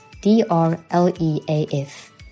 d-r-l-e-a-f